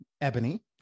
Ebony